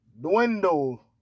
dwindle